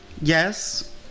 Yes